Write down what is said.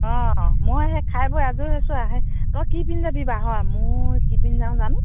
অ' মই সেই খাই বৈ আজৰি হৈছোঁ তই কি পিন্ধি যাবি বাৰু হয় মোৰ কি পিন্ধি যাওঁ জানো